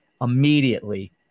immediately